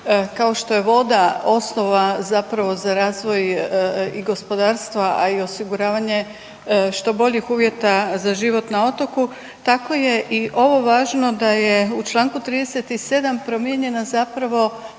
kao što je voda osnova zapravo za razvoj i gospodarstva, a i osiguravanje što boljih uvjeta za život na otoku, tako je i ovo važno da je u čl. 37. promijenjena zapravo